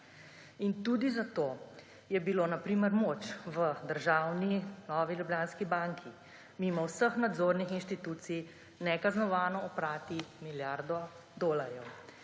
In tudi zato je bilo, na primer, moč v državni Novi Ljubljanski banki mimo vseh nadzornih institucij nekaznovano oprati milijardo dolarjev.